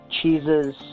cheeses